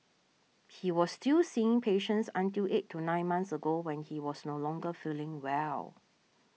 he was still seeing patients until eight to nine months ago when he was no longer feeling well